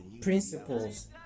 principles